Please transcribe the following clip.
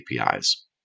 APIs